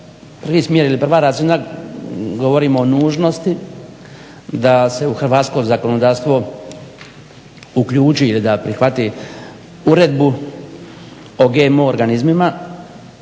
Prvi smjer ili prva razina govorimo o nužnosti da se u hrvatsko zakonodavstvo uključi ili da prihvati uredbu o GMO organizmima